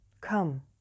come